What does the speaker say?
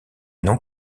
non